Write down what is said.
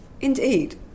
Indeed